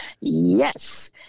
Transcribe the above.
Yes